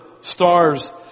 stars